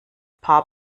paar